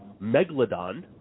megalodon